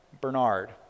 Bernard